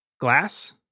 glass